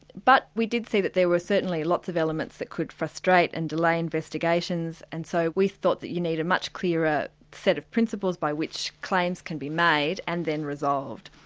but we did see that there were certainly lots of elements that could frustrate, and delay investigations, and so we thought that you need a much clearer set of principles by which claims can be made and then resolved.